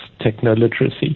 techno-literacy